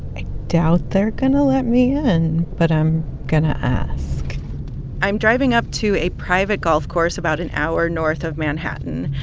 i doubt they're going to let me in, but i'm going to ask i'm driving up to a private golf course about an hour north of manhattan.